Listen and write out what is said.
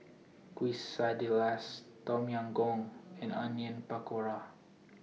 Quesadillas Tom Yam Goong and Onion Pakora